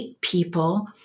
people